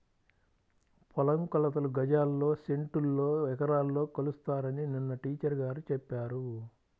పొలం కొలతలు గజాల్లో, సెంటుల్లో, ఎకరాల్లో కొలుస్తారని నిన్న టీచర్ గారు చెప్పారు